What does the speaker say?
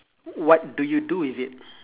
what do you do with it